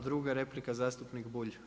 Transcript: Druga replika zastupnik Bulj.